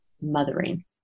Mothering